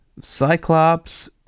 Cyclops